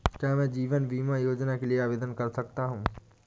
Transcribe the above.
क्या मैं जीवन बीमा योजना के लिए आवेदन कर सकता हूँ?